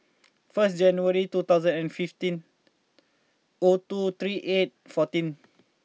first January two thousand and fifteen O two three eight fourteen